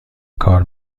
کار